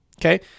Okay